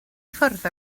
ffwrdd